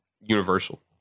universal